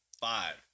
five